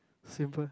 simple